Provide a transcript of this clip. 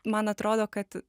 man atrodo kad